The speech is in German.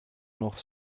noch